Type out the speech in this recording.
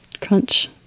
Crunch